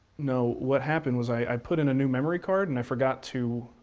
no what happened was i put in a new memory card and i forgot to